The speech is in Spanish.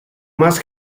más